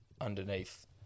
underneath